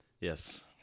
Yes